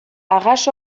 arras